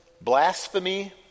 blasphemy